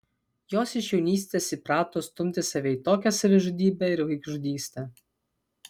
jos iš jaunystės įprato stumti save į tokią savižudybę ir vaikžudystę